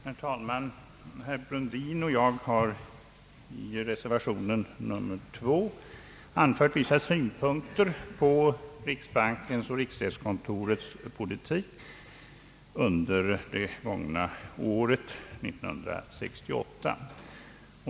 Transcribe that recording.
Herr talman! Herr Brundin och jag har i reservation 2 anfört vissa synpunkter på riksbankens och riksgäldskontorets politik under det gångna året, 1968.